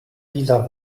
dieser